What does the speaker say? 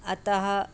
अतः